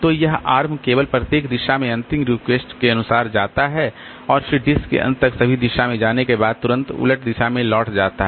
तो यह आर्म केवल प्रत्येक दिशा में अंतिम रिक्वेस्ट के अनुसार जाता है और फिर डिस्क के अंत तक सभी दिशा में जाने के बिना तुरंत उलट दिशा में लौट जाता है